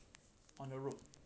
on the road